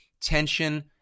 tension